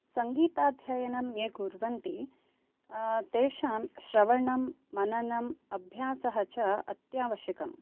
सङ्गीताध्ययनं ये कुर्वन्ति तेषां श्रवणं मननम् अभ्यासः च अत्यावश्यकः